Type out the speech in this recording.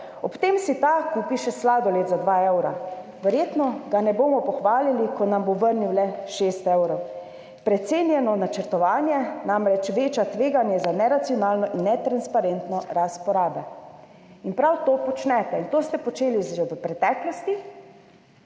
ob tem si ta kupi še sladoled za dva evra. Verjetno ga ne bomo pohvalili, ko nam bo vrnil le šest evrov. Precenjeno načrtovanje namreč veča tveganje za neracionalno in netransparentno rast porabe.« In prav to počnete in to ste počeli že v preteklosti